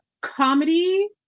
comedy